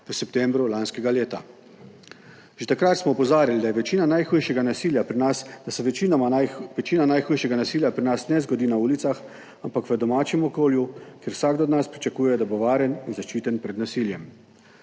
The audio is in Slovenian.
v septembru lanskega leta. Že takrat smo opozarjali, da se večina najhujšega nasilja pri nas ne zgodi na ulicah, ampak v domačem okolju, kjer vsak od nas pričakuje, da bo varen in zaščiten pred nasiljem.